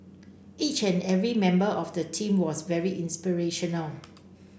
each and every member of the team was very inspirational